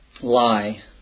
lie